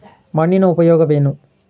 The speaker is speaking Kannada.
ಮಣ್ಣಿನ ಉಪಯೋಗವೇನು?